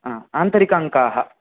हा आन्तरिक अङ्काः